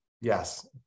yes